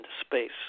space